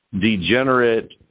degenerate